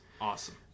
Awesome